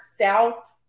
south